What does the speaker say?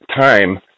time